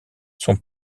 son